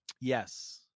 Yes